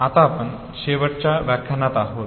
आता आपण शेवटच्या व्याख्यानात आहोत